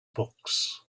books